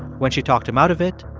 when she talked him out of it,